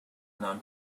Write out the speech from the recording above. non